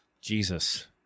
Jesus